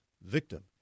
victim